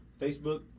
Facebook